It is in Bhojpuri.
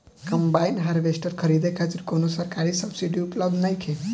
कंबाइन हार्वेस्टर खरीदे खातिर कउनो सरकारी सब्सीडी उपलब्ध नइखे?